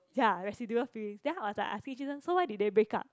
ya residual feeling then I was like asking jun sheng so why did they break up